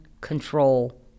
control